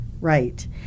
Right